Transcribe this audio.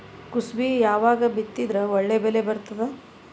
ಕುಸಬಿ ಯಾವಾಗ ಬಿತ್ತಿದರ ಒಳ್ಳೆ ಬೆಲೆ ಬರತದ?